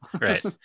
Right